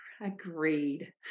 Agreed